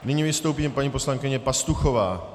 Nyní vystoupí paní poslankyně Pastuchová.